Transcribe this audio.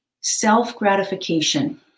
self-gratification